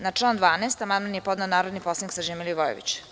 Na član 12. amandman je podneo narodni poslanik Srđan Milivojević.